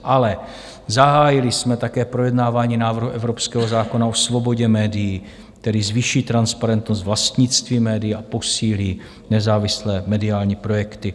Ale zahájili jsme také projednávání návrhu evropského zákona o svobodě médií, který zvýší transparentnost vlastnictví médií a posílí nezávislé mediální projekty.